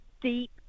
deep